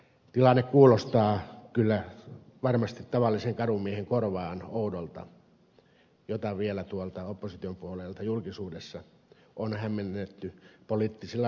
tilanne kuulostaa kyllä varmasti tavallisen kadunmiehen korvaan oudolta ja sitä vielä tuolta opposition puolelta on julkisuudessa hämmennetty poliittisilla näkemyksillä